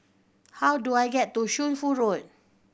how do I get to Shunfu Road